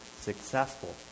successful